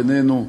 בינינו,